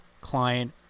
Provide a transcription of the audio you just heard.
client